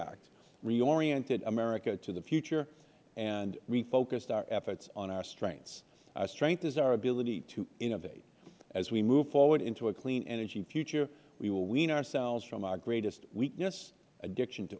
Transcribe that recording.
act reoriented america to the future and refocused our efforts and our strengths our strength is our ability to innovate as we move forward into a clean energy future we will wean ourselves from our greatest weakness addiction to